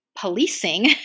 policing